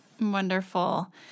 Wonderful